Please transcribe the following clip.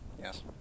Yes